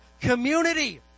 community